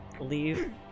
leave